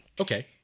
Okay